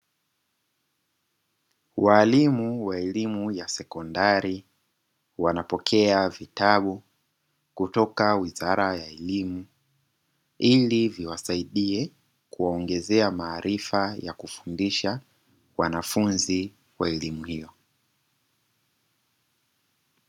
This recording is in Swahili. Walimu wa elimu ya sekondari wanapokea vitabu kutoka wizara ya elimu, ili viwasaidie kuwaongezea maarifa ya kufundisha wanafunzi wa elimu hiyo.